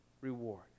reward